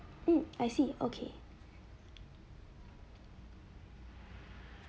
um I see okay